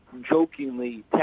jokingly